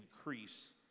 increase